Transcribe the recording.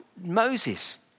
Moses